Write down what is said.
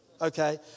Okay